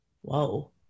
whoa